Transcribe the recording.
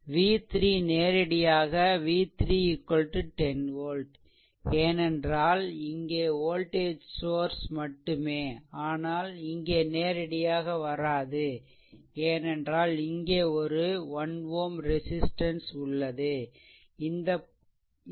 v3 நேரடியாக v3 10 volt ஏனென்றால் இங்கே வோல்டேஜ் சோர்ஸ் மட்டுமே ஆனால் இங்கே நேரடியாக வராது ஏனென்றால் இங்கே ஒரு 1 Ω ரெசிஸ்ட்டன்ஸ் உள்ளது